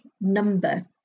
number